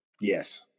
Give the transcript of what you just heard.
Yes